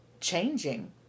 changing